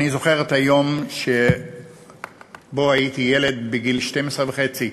אני זוכר את היום שבו, כשהייתי ילד, בגיל 12 וחצי,